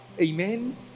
Amen